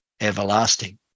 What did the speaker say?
everlasting